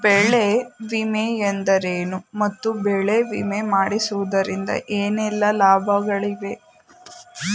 ಬೆಳೆ ವಿಮೆ ಎಂದರೇನು ಮತ್ತು ಬೆಳೆ ವಿಮೆ ಮಾಡಿಸುವುದರಿಂದ ಏನೆಲ್ಲಾ ಲಾಭಗಳಿವೆ?